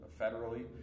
federally